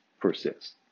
persist